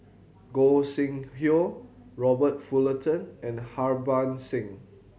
Gog Sing Hooi Robert Fullerton and Harbans Singh